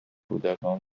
کودکان